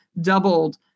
doubled